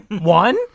One